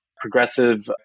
progressive